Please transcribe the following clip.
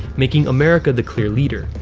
making america the clear leader.